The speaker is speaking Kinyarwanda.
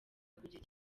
kugira